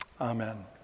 amen